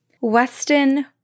Weston